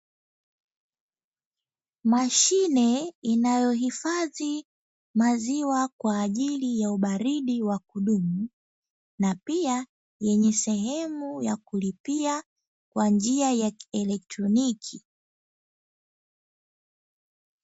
Mashine inayohifadhi maziwa kwa ajili ya ubaridi wa kudumu, na pia yenye sehemu ya kulipia kwa njia ya kieletroniki.